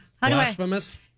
blasphemous